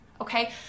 Okay